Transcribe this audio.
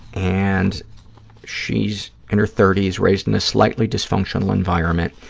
and she's in her thirty s, raised in a slightly dysfunctional environment,